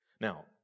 Now